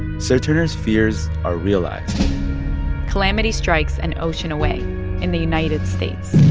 serturner's fears are realized calamity strikes an ocean away in the united states